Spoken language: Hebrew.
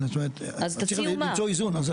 צריך למצוא איזון.